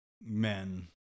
men